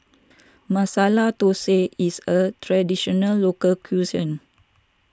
Masala Thosai is a Traditional Local Cuisine